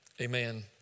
Amen